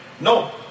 No